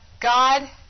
God